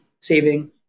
saving